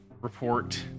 report